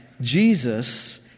Jesus